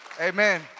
Amen